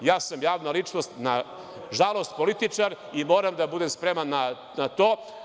Javna sam ličnost, nažalost političar, i moram da budem spremam na to.